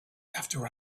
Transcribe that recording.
after